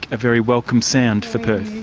a very welcome sound for perth.